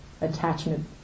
attachment